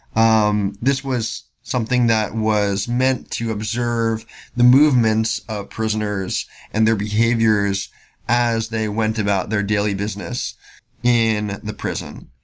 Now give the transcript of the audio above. um this was something that was meant to observe the movements of prisoners and their behaviors as they went about their daily business in the prison.